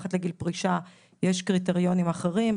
מתחת לגיל פרישה יש קריטריונים אחרים,